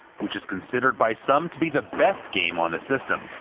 which is considered by some to be the best game on the system.